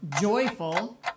joyful